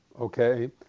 okay